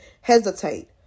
hesitate